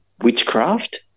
witchcraft